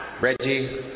Reggie